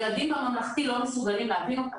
ילדים בממלכתי לא מסוגלים להבין אותם,